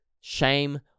shame